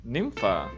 Nympha